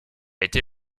été